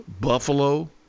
Buffalo